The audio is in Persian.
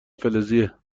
فلزیه